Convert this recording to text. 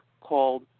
called